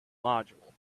module